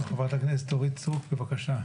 חברת הכנסת אורית סטרוק, בבקשה.